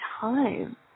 time